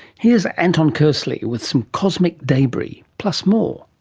here's anton kearsley with some cosmic debris, plus more,